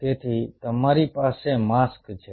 તેથી તમારી પાસે માસ્ક છે